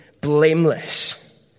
blameless